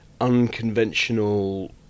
unconventional